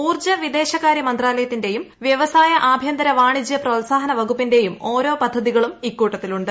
ഊർജ്ജ വിദേശകാരൃ മന്ത്രാലയത്തിന്റെയും വൃവസായ ആഭൃന്തര വാണിജ്യ പ്രോത്സാഹന വകുപ്പിന്റെയും ഓരോ പദ്ധതികളും ഇക്കൂട്ടത്തിലുണ്ട്